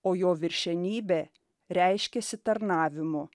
o jo viršenybė reiškiasi tarnavimu